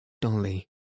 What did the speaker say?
Dolly